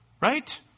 Right